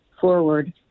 forward